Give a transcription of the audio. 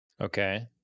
Okay